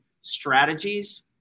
strategies